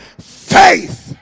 faith